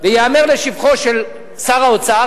וייאמר לשבחו של שר האוצר,